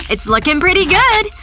it's lookin' pretty good!